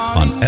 on